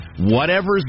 whatever's